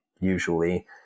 usually